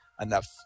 enough